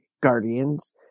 Guardians